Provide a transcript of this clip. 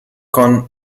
con